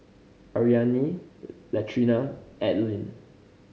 Ariane Latrina Adline